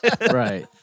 Right